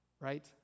Right